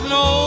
no